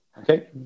Okay